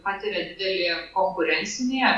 patiria didelį konkurencinį